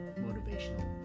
motivational